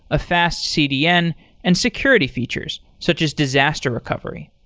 a fast cdn and security features, such as disaster recovery.